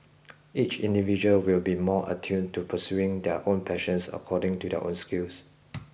each individual will be more attuned to pursuing their own passions according to their own skills